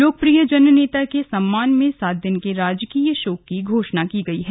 लोकप्रिय जन नेता के सम्मान में सात दिन के राजकीय शोक की घोषणा की गई है